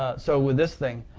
ah so with this thing,